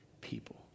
people